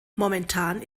momentan